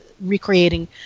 recreating